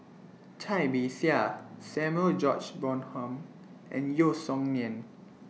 Cai Bixia Samuel George Bonham and Yeo Song Nian